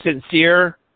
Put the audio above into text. sincere